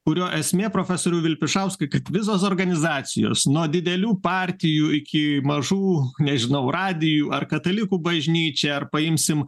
kurio esmė profesoriau vilpišauskai kad visos organizacijos nuo didelių partijų iki mažų nežinau radiju ar katalikų bažnyčia ar paimsime